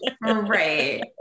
Right